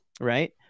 Right